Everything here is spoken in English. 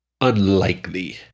unlikely